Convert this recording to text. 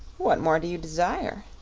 what more do you desire?